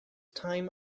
time